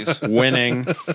Winning